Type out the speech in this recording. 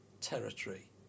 territory